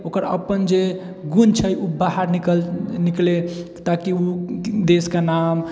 ओकर अपन जे गुण छै ओ बाहर निकल निकले ताकि ओ देशके नाम